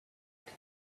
sick